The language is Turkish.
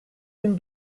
bin